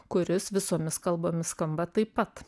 kuris visomis kalbomis skamba taip pat